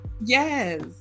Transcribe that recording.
Yes